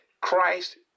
Christ